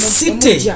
city